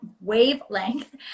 wavelength